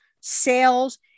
sales